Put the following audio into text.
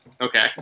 Okay